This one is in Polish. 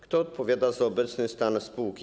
Kto odpowiada za obecny stan spółki?